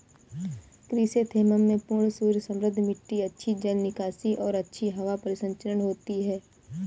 chrysanthemum में पूर्ण सूर्य समृद्ध मिट्टी अच्छी जल निकासी और अच्छी हवा परिसंचरण होती है